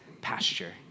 pasture